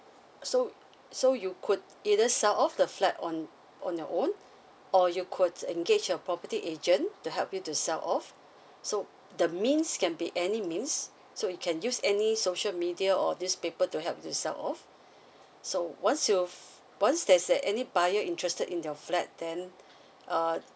so so you could either sell off the flat on on your own or you could engage a property agent to help you to sell off so the means can be any means so you can use any social media or these people to help you to sell off so once you've once there is uh any buyer interested in your flat then uh